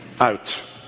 out